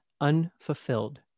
unfulfilled